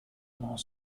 more